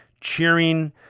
cheering